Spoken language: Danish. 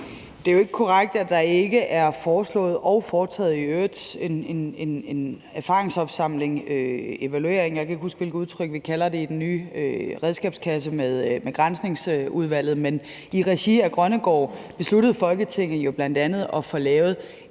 Det er jo ikke korrekt, at der ikke er foreslået og i øvrigt også foretaget en erfaringsopsamling eller en evaluering – jeg kan ikke huske, hvilket udtryk vi bruger i den nye redskabskasse med Granskningsudvalget. Men i regi af Grønnegaards udredning besluttede Folketinget bl.a. at få lavet